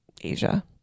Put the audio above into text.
Asia